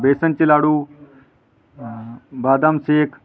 बेसनचे लाडू बदाम शेक